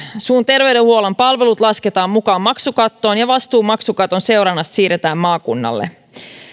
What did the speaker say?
suun terveydenhuollon palvelut lasketaan mukaan maksukattoon ja vastuu maksukaton seurannasta siirretään maakunnalle